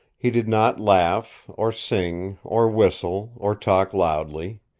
he did not laugh, or sing, or whistle, or talk loudly.